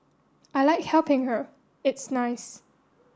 I like helping her it's nice